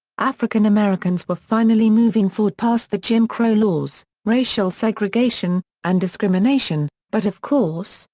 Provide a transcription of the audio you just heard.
african americans were finally moving forward past the jim crow laws, racial segregation, and discrimination, but of course,